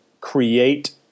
create